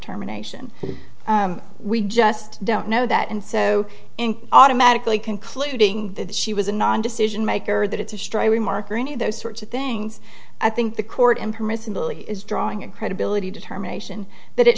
terminations we just don't know that and so automatically concluding that she was a non decision maker that it's a strong remark or any of those sorts of things i think the court impermissibly is drawing a credibility determination that it